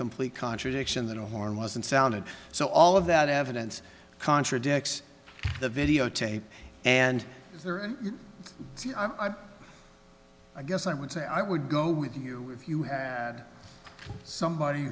complete contradiction that a horn wasn't sounded so all of that evidence contradicts the videotape and i'm i guess i would say i would go with you if you had somebody